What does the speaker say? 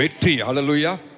Hallelujah